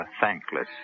thankless